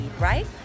right